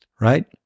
right